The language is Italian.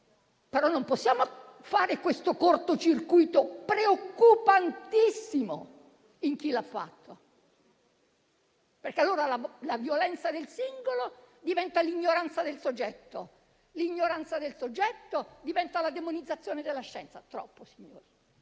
Però non possiamo innescare questo corto circuito, preoccupantissimo in chi l'ha fatto, perché allora la violenza del singolo diventa l'ignoranza del soggetto e l'ignoranza del soggetto diventa la demonizzazione della scienza. Troppo, signori!